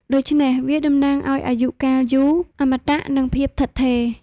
ដូច្នេះវាតំណាងឲ្យអាយុកាលយូរ អមតៈ និងភាពថិតថេរ។